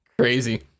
Crazy